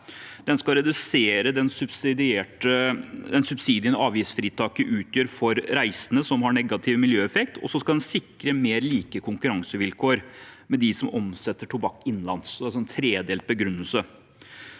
det skal redusere subsidiene avgiftsfritaket utgjør for reisende, som har negativ miljøeffekt, og det skal sikre mer like konkurransevilkår sammenlignet med dem som omsetter tobakk innenlands. Det er altså en tredelt begrunnelse.